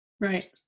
Right